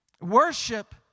Worship